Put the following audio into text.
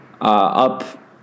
up